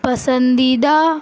پسندیدہ